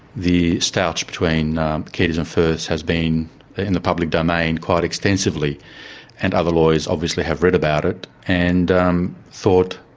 the stoush between keddies and firths has been in the public domain quite extensively and other lawyers obviously have read about it and um thought